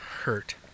hurt